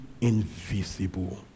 invisible